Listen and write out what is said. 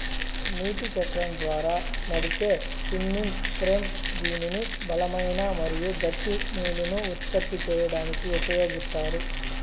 నీటి చక్రం ద్వారా నడిచే స్పిన్నింగ్ ఫ్రేమ్ దీనిని బలమైన మరియు గట్టి నూలును ఉత్పత్తి చేయడానికి ఉపయోగిత్తారు